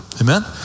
Amen